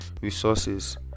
resources